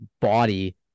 body